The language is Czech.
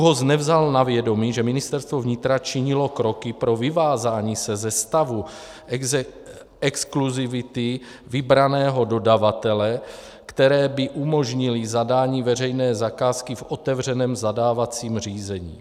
ÚOHS nevzal na vědomí, že Ministerstvo vnitra činilo kroky pro vyvázání se ze stavu exkluzivity vybraného dodavatele, které by umožnily zadání veřejné zakázky v otevřeném zadávacím řízení.